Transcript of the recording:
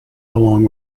along